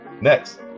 next